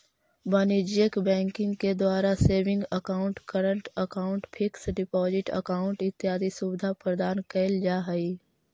वाणिज्यिक बैंकिंग के द्वारा saving account, current account, fix deposit account इत्यादि सुविधा प्रदान कैल जा हइ